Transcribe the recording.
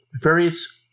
various